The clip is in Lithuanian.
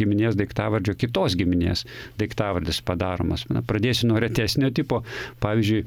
giminės daiktavardžio kitos giminės daiktavardis padaromas na pradėsiu nuo retesnio tipo pavyzdžiui